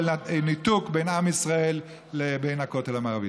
הניתוק בין עם ישראל לבין הכותל המערבי.